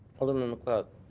alderman macleod.